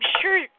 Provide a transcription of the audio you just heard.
sure